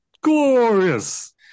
Glorious